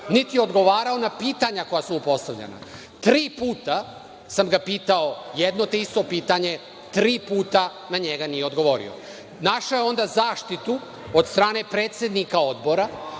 niti je odgovarao na pitanja koja su mu postavljena. Tri puta sam ga pitao jedno te isto pitanje, tri puta na njega nije dogovorio. Našao je onda zaštitu od strane predsednika Odbora,